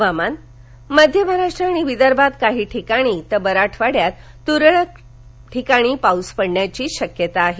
हवामान मध्य महाराष्ट्र आणि विदर्भात काही ठिकाणी तर मराठवाड़यात तुरळक पाऊस पडण्याची शक्यता आहे